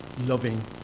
loving